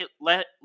let